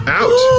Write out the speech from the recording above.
out